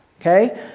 okay